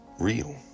real